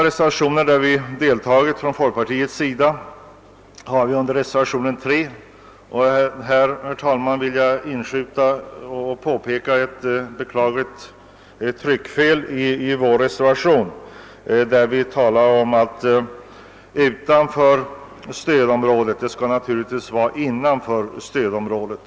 Jag vill först påpeka ett beklagligt tryckfel i reservation 3, där det står »utanför ——— stödområdet«; det skall naturligtvis vara >innanför ——— stödområdet>.